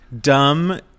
dumb